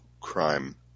crime